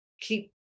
keep